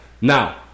Now